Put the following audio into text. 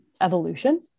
evolution